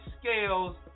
scales